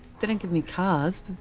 they don't give me cars.